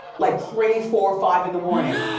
like three, four, five in the morning.